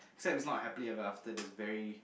except it's not happily ever after there's very